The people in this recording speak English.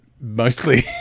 mostly